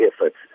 efforts